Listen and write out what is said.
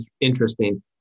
interesting